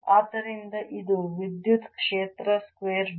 ಆದ್ದರಿಂದ ಇದು ವಿದ್ಯುತ್ ಕ್ಷೇತ್ರ ಸ್ಕ್ವೇರ್ dv